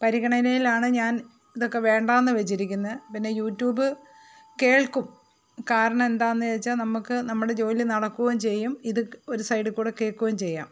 പരിഗണനയിലാണ് ഞാൻ ഇതൊക്കെ വേണ്ടായെന്നു വെച്ചിരിക്കുന്നത് പിന്നെ യൂട്യൂബ് കേൾക്കും കാരണം എന്താന്നു വെച്ചാൽ നമുക്ക് നമ്മുടെ ജോലി നടക്കുകയും ചെയ്യും ഇത് ഒരു സൈഡിൽ കൂടി കേൾക്കുകയും ചെയ്യാം